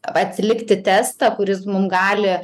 atlikti testą kuris mum gali